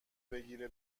بگیره